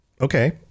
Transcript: Okay